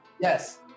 Yes